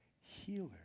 healer